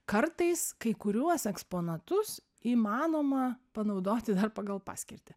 kartais kai kuriuos eksponatus įmanoma panaudoti dar pagal paskirtį